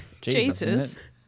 Jesus